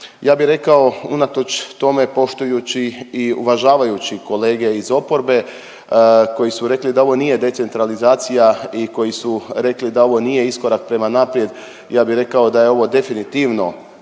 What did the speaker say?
Ja bi rekao unatoč tome poštujući i uvažavajući kolege iz oporbe koji su rekli da ovo nije decentralizacija i koji su rekli da ovo nije iskorak prema naprijed. Ja bih rekao da je ovo definitivno